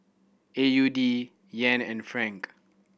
A U D Yen and Franc